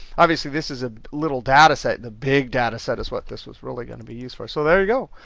obviously this is a little data set, the big data set is what this was really going to be used for. so there you go,